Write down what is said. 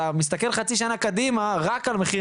אתה מסתכל חצי שנה קדימה רק על מחיר